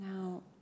Now